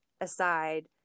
aside